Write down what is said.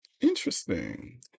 interesting